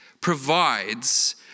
provides